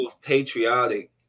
patriotic